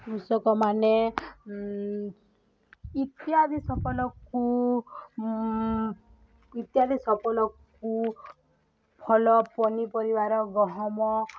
କୃଷକମାନେ ଇତ୍ୟାଦି ସଫଳକୁ ଇତ୍ୟାଦି ସଫଳକୁ ଭଲ ପନିପରିବାରର ଗହମ